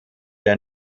der